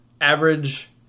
average